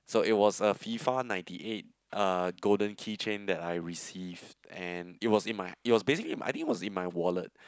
so it was a FIFA ninety eight golden keychain that I received and it was in my it was basically in my I think it was in my wallet